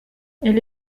elle